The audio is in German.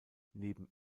neben